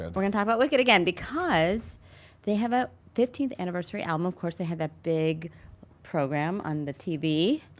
and we're gonna talk about wicked again because they have a fifteenth anniversary album. of course they had that big program on the tv.